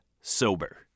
sober